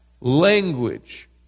language